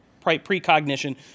precognition